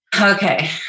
Okay